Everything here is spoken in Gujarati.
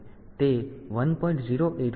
085 માઇક્રોસેકન્ડ છે